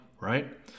right